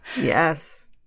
yes